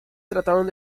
trataron